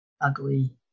ugly